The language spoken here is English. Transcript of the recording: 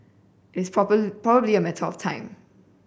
it's probably a matter of time